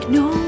no